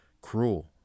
cruel